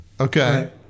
Okay